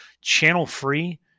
channel-free